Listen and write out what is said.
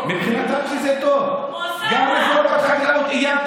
כמו שעשיתם בחוק גיל פרישה,